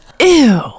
Ew